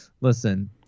Listen